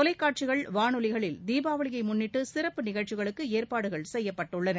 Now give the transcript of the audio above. தொலைக்காட்சிகள் வானொலிகளில் தீபாவளியை முன்னிட்டு சிறப்பு நிகழ்ச்சிகளுக்கு ஏற்பாடுகள் செய்யப்பட்டுள்ளன